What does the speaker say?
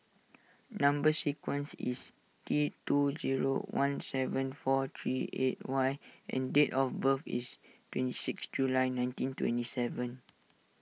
Number Sequence is T two zero one seven four three eight Y and date of birth is twenty six July nineteen twenty seven